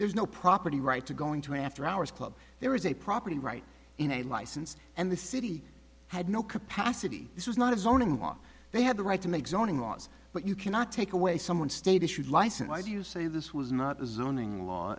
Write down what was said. there's no property right to going to an after hours club there is a property right in a license and the city had no capacity this was not of zoning law they had the right to make zoning laws but you cannot take away someone's state issued license i do you say this was not as zoning law